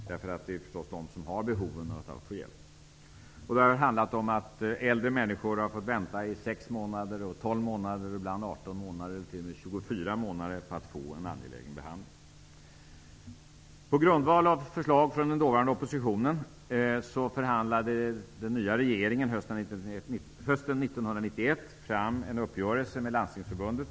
Det är förstås de som har dessa behov av hjälp. Äldre människor har fått vänta från mellan 6 månader och ibland ända upp till 24 månader på att få en angelägen behandling. På grundval av förslag från den dåvarande oppositionen förhandlade den nya regeringen hösten 1991 fram en uppgörelse med Landstingsförbundet.